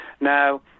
Now